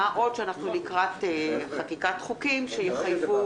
מה עוד שאנחנו לקראת חקיקת חוקים שיחייבו,